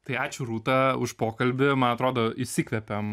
tai ačiū rūta už pokalbį man atrodo išsikvėpėm